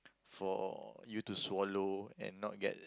for you to swallow and not get